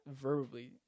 verbally